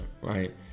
right